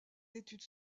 études